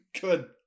Good